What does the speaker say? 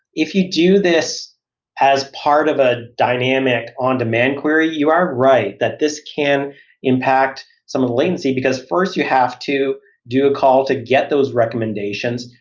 if you do this as part of a dynamic on-demand query, you are right that this can impact some of the latency, because first, you have to do a call to get those recommendations,